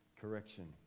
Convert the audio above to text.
correction